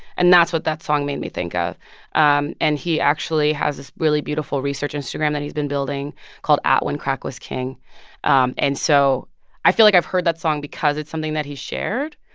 and that's what that song made me think. ah and and he actually has this really beautiful research instagram that he's been building called at whencrackwasking. um and so i feel like i've heard that song because it's something that he shared,